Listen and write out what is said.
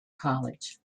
college